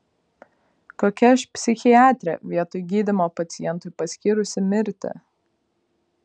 kokia aš psichiatrė vietoj gydymo pacientui paskyrusi mirtį